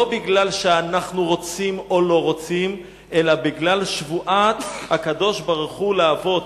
לא כי אנחנו רוצים או לא רוצים אלא בגלל שבועת הקדוש-ברוך-הוא לאבות: